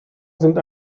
sind